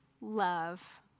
love